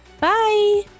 Bye